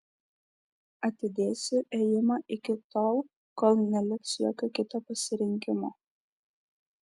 atidėsiu ėjimą iki tol kol neliks jokio kito pasirinkimo